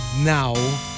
now